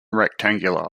rectangular